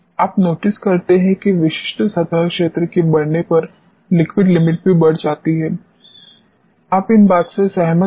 आप नोटिस करते हैं की विशिष्ट सतह क्षेत्र के बढ़ने पर लिक्विड लिमिट भी बढ़ जाती है आप इन बात से सहमत हैं